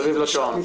מסביב לשעון.